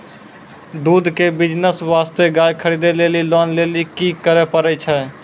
दूध के बिज़नेस वास्ते गाय खरीदे लेली लोन लेली की करे पड़ै छै?